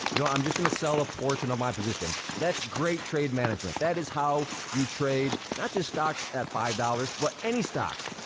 you know, i'm just gonna sell a portion of my position. that's great trade management. that is how you trade not just stocks at five dollars, but any stocks.